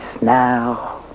now